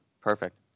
perfect